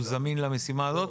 הוא זמין למשימה הזאת?